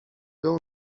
był